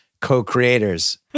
co-creators